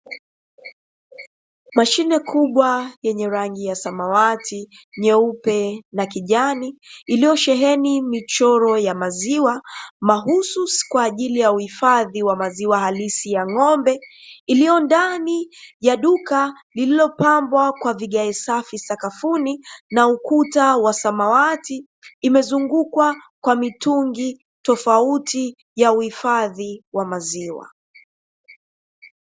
Mashine kubwa yenye rangi ya samawati, nyeupe na kijani iliyosheheni michoro ya maziwa, mahususi kwa ajili ya uhifadhi wa maziwa halisi ya ng'ombe iliyo ndani ya duka lililopambwa kwa vigae safi sakafuni na ukuta wa samawati ikizungukwa na mitungi tofauti kwa ajili ya uhifadhi wa maziwa.